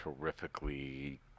terrifically